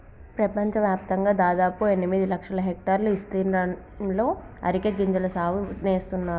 పెపంచవ్యాప్తంగా దాదాపు ఎనిమిది లక్షల హెక్టర్ల ఇస్తీర్ణంలో అరికె గింజల సాగు నేస్తున్నారు